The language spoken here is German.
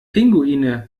pinguine